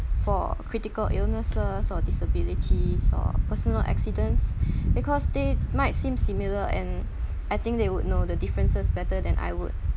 for critical illnesses or disabilities or personal accidents because they might seem similar and I think they would know the differences better than I would